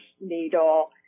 needle